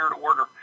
order